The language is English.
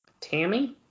Tammy